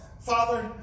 Father